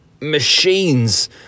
machines